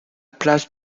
place